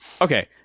Okay